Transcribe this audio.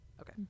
okay